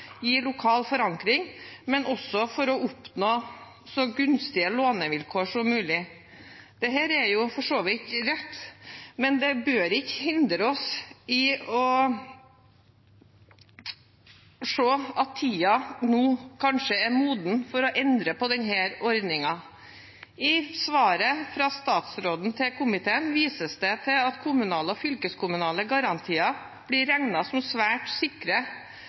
gi legitimitet til den norske bompengemodellen, gi lokal forankring og oppnå så gunstige lånevilkår som mulig. Dette er for så vidt riktig, men det bør ikke hindre oss i å se at tiden nå kanskje er moden for å endre på denne ordningen. I svaret fra statsråden til komiteen vises det til at kommunale og fylkeskommunale garantier blir regnet som svært sikre,